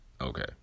Okay